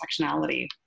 intersectionality